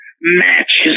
matches